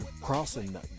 crossing